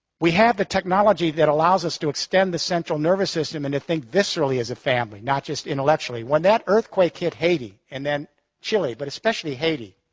we have the technology that allows us to extend the central nervous system and to think viscerally as a family, not just intellectually. when that earthquake hit haiti and then chile, but especially haiti,